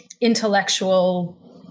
intellectual